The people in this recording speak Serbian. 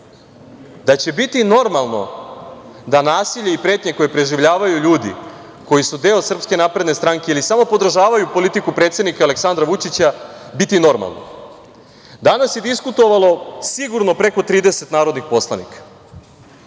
da će biti normalno da nasilje i pretnje koje preživljavaju ljudi koji su deo SNS ili samo podržavaju politiku predsednika Aleksandra Vučića biti normalno. Danas je diskutovalo sigurno preko 30 narodnih poslanika.